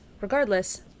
regardless